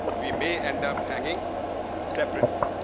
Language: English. we may end up hanging separately.